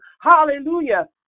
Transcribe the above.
Hallelujah